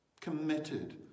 committed